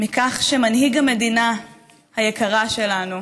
מכך שמנהיג המדינה היקרה שלנו